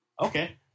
Okay